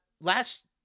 last